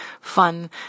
fun